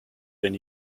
den